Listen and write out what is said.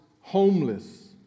homeless